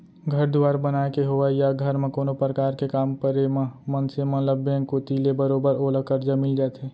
घर दुवार बनाय के होवय या घर म कोनो परकार के काम परे म मनसे मन ल बेंक कोती ले बरोबर ओला करजा मिल जाथे